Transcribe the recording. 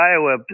Iowa